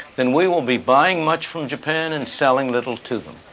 then we will be buying much from japan and selling little to them.